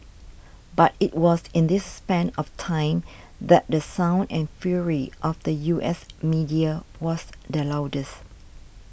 but it was in this span of time that the sound and fury of the U S media was the loudest